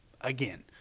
again